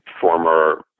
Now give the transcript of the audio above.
former